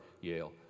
Yale